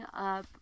up